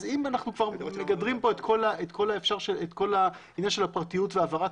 אז אם אנחנו כבר מגדרים פה את כל העניין של הפרטיות והעברת